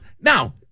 Now